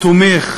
תומך